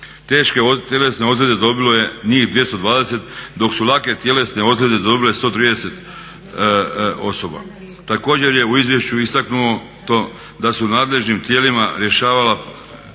teške tjelesne ozljede dobilo je njih 220, dok su lake tjelesne ozljede dobile 130 osoba. Također je u izvješću istaknuto da su nadležnim tijelima rješavala